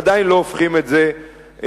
עדיין לא הופכים את זה לאמת,